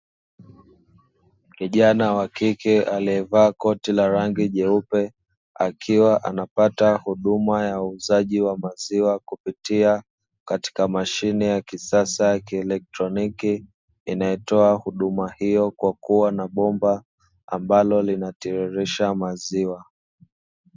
Kijana wa kike aliyevaa koti la rangi jeupe, akiwa anapata huduma ya uuzaji wa maziwa, kupitia katika mashine ya kisasa ya kielektroniki inayotoa huduma hiyo kwa kuwa na bomba, ambalo linalotiririsha maziwa.